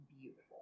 beautiful